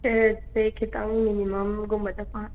ꯀꯦꯔꯦꯠꯁꯦ ꯈꯤꯇꯪ ꯃꯤꯅꯤꯃꯝꯒꯨꯝꯕꯗ ꯄꯥꯝꯃꯤ